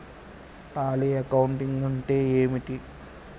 Tally accounting అంటే ఏమిటి?